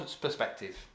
perspective